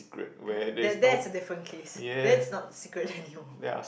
uh that that's a different case that's not secret anymore